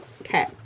Okay